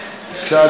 בבקשה,